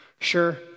Sure